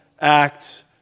act